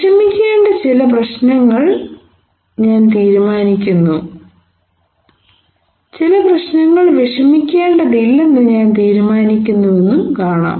വിഷമിക്കേണ്ട ചില പ്രശ്നങ്ങൾ ഞാൻ തീരുമാനിക്കുന്നു ചില പ്രശ്നങ്ങൾ വിഷമിക്കേണ്ടതില്ലെന്ന് ഞാൻ തീരുമാനിക്കുന്നുവെന്നും കാണാം